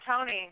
Tony